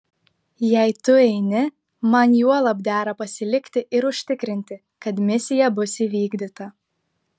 jei tu eini man juolab dera pasilikti ir užtikrinti kad misija bus įvykdyta